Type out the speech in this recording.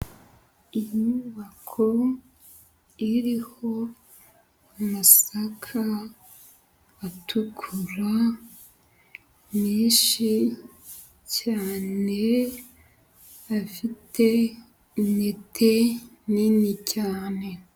Inyubako iriho amasaka atukura, nyinshi cyane, afite intete nini cyane.